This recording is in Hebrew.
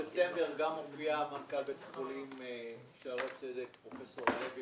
בספטמבר הופיע מנכ"ל בית החולים שערי צדק פרופסור הלוי